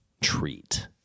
Treat